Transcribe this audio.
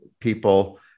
people